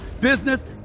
business